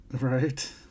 Right